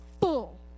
full